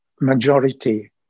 majority